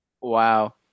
Wow